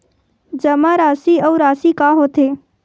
जमा राशि अउ राशि का होथे?